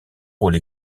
rôle